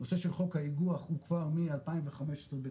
נושא של חוק האיגוח הוא כבר מ-2015 בתהליך,